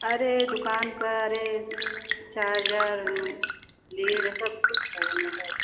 अरे दुकान पर ये चार्जर लीड सब कुछ है मोबाइल